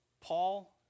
Paul